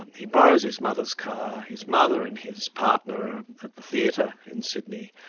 he borrows his mother's car, his mother and his partner are at the theatre in sydney,